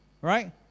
right